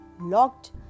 locked